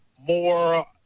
more